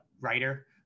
writer